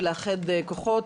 ולאחד כוחות.